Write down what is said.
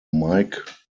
mike